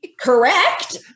Correct